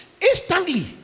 instantly